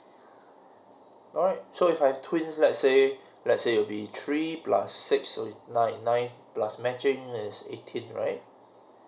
alright so if I've twins let's say let's say it'll be three plus six would be nine nine plus matching is eighteen right